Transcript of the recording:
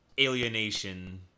alienation